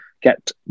get